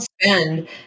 spend